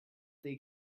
they